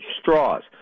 straws